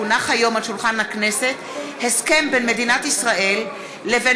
כי הונח היום על שולחן הכנסת הסכם בין מדינת ישראל לבין